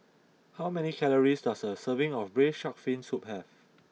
how many calories does a serving of Braised Shark Fin Soup have